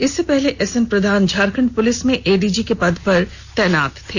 इससे पहले SN Pradhan Jharkhand police में एडीजी के पद पर तैनात थे